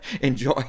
enjoy